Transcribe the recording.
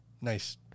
nice